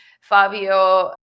Fabio